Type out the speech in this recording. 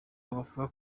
avuga